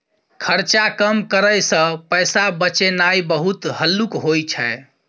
खर्चा कम करइ सँ पैसा बचेनाइ बहुत हल्लुक होइ छै